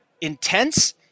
intense